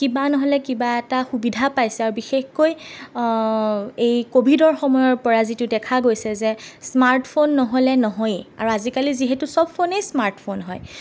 কিবা নহ'লে কিবা এটা সুবিধা পাইছে আৰু বিশেষকৈ এই কভিডৰ সময়ৰ পৰা যিটো দেখা গৈছে যে স্মাৰ্ট ফোন নহ'লে নহয়েই আৰু আজিকালি যিহেতু চব ফোনেই স্মাৰ্ট ফোন হয়